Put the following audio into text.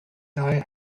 die